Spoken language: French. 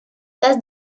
tasse